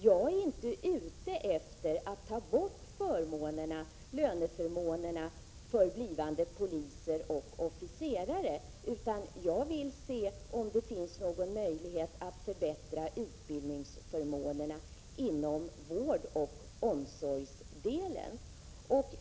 Jag är inte ute efter att ta bort löneförmåner för blivande poliser och officerare, utan jag vill se om det finns någon möjlighet att förbättra utbildningsförmånerna inom vårdoch omsorgsdelen.